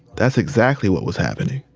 that's exactly what was happening.